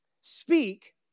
Speak